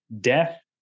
death